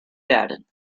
werden